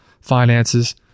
finances